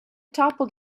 toppled